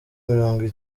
mirongo